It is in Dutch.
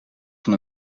van